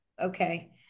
okay